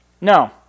No